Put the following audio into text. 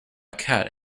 cat